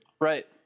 Right